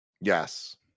Yes